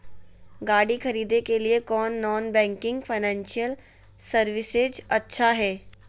गाड़ी खरीदे के लिए कौन नॉन बैंकिंग फाइनेंशियल सर्विसेज अच्छा है?